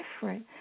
different